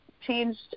changed